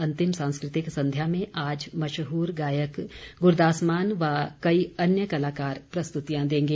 अंतिम सांस्कृतिक संध्या में आज मशहूर गायक गुरदास मान व कई कलाकार प्रस्तुतियां देंगे